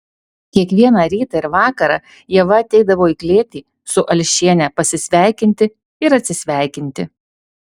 kiekvieną rytą ir vakarą ieva ateidavo į klėtį su alšiene pasisveikinti ir atsisveikinti